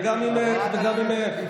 וגם ממך וגם ממך.